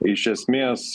iš esmės